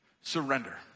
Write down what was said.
Surrender